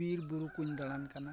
ᱵᱤᱨ ᱵᱩᱨᱩ ᱠᱩᱧ ᱫᱟᱬᱟᱱ ᱠᱟᱱᱟ